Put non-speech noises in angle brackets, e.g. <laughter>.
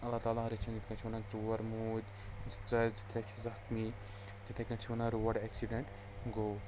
اللہ تعالیٰ رٔچھِن یِتھ کَنۍ چھِ وَنان ژور موٗدۍ <unintelligible> زٕ ترٛےٚ چھِ زَخمی تِتھَے کَنۍ چھِ وَنان روڈ اٮ۪کسِڈٮ۪نٛٹ گوٚو